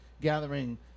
gathering